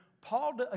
Paul